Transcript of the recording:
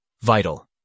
Vital